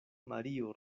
mario